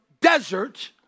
desert